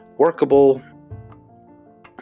workable